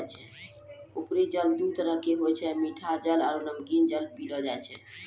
उपरी जल दू तरह केरो होय छै मीठा जल आरु नमकीन जल पैलो जाय छै